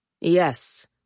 Yes